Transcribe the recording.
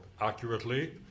accurately